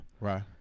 Right